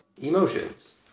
emotions